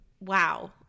wow